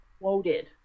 quoted